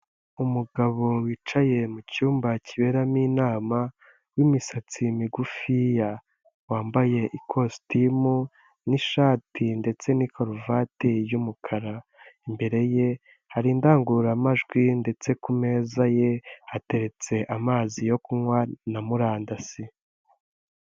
Umugabo wicaye mu cyumba kiberamo inama w'imisatsi migufiya, wambaye ikositimu n'ishati ndetse n'i karuvati y'umukara, imbere ye hari indangururamajwi ndetse ku meza ye hateretse amazi yo kunywa na murandasi.